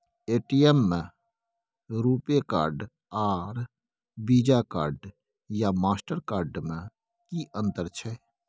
ATM में RuPay card आर Visa card या मास्टर कार्ड में कि अतंर छै?